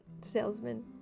salesman